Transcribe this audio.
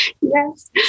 yes